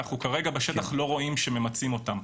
אנחנו כרגע בשטח לא רואים שממצים אותן.